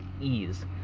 ease